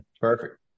Perfect